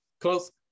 Close